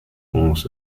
france